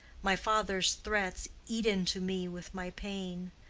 my father's threats eat into me with my pain.